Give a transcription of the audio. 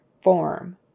form